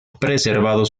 preservado